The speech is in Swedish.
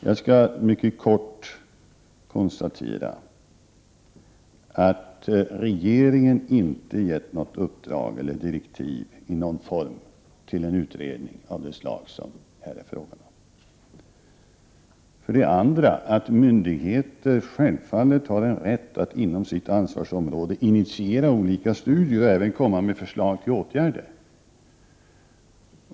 Jag skall mycket kort konstatera för det första att regeringen inte gett något uppdrag eller någon form av direktiv till en utredning av det slag som det här är fråga om, för det andra att myndigheter självfallet har en rätt att inom sitt ansvarsområde initiera olika studier, och även komma med förslag till åtgärder.